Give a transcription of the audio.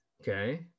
okay